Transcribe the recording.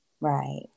right